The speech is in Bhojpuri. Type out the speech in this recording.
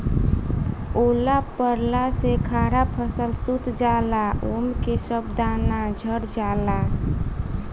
ओला पड़ला से खड़ा फसल सूत जाला आ ओमे के सब दाना झड़ जाला